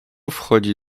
wchodzi